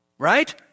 Right